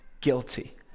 guilty